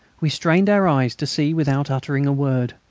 we strained our eyes to see without uttering a word.